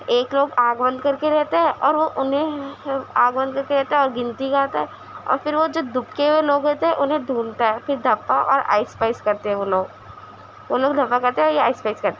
ایک لوگ آنکھ بند کر کے رہتا ہے اور وہ انہیں آنکھ بند کر کے رہتا ہے اور گنتی گاتا ہے اور پھر جو دبکے ہوئے لوگ ہوتے ہیں انہیں ڈھونڈتا ہے پھر دھپا اور آئس پائس کرتے ہیں وہ لوگ وہ لوگ دھپا کرتے ہیں اور یہ آئس پائس کرتے ہیں